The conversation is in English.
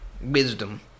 wisdom